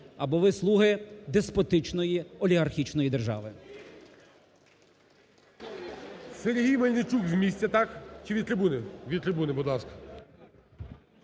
або ви – слуги деспотичної олігархічної держави.